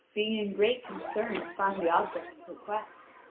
being in great concern to find the object of her quest.